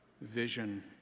vision